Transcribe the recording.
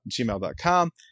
gmail.com